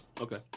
okay